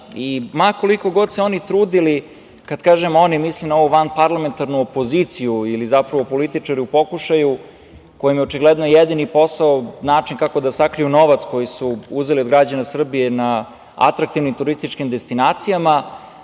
koliko god se oni trudili, kad kažem oni mislim na ovu vanparlamentarnu opoziciju ili zapravo političare u pokušaju kojima je očigledno jedini posao način kako da sakriju novac koji su uzeli od građana Srbije na atraktivnim turističkim destinacijama,